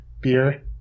beer